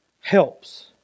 Helps